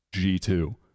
G2